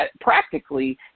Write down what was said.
practically